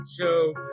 Show